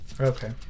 Okay